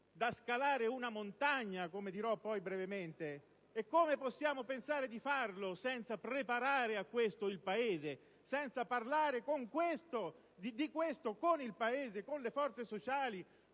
da scalare, come dirò brevemente: come possiamo pensare di farlo senza preparare a questo il Paese, senza parlare di questo con il Paese, con le forze sociali